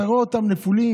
אתה רואה אותם נפולים.